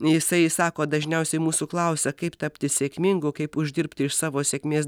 jisai sako dažniausiai mūsų klausia kaip tapti sėkmingu kaip uždirbti iš savo sėkmės